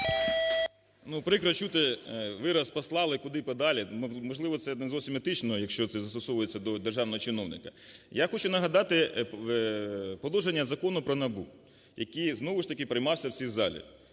Прикро чути вираз "послали куди подалі", можливо це не зовсім етично, якщо це застосовується до державного чиновника. Я хочу нагадати положення Закону про НАБУ, який знов ж таки приймався в цій залі.